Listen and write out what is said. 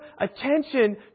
attention